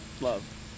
Love